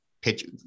pitch